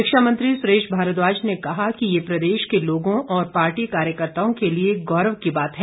शिक्षा मंत्री सुरेश भारद्वाज ने कहा कि ये प्रदेश के लोगों और पार्टी कार्यकर्ताओं के लिए गौरव की बात है